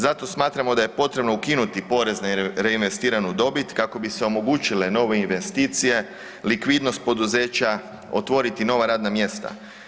Zato smatramo da je potrebno ukinuti porez na reinvestiranu dobit kako bi se omogućile nove investicije, likvidnost poduzeća, otvoriti nova radna mjesta.